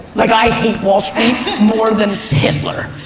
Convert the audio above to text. like i hate wall street more than hitler.